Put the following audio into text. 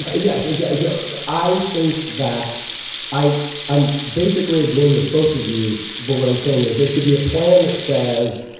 yes, exactly. so ah i think that i i'm basically agreeing with both of you. but what i'm saying is there should be a plan that says.